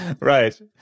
Right